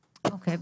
אוקיי.